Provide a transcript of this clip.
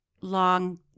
long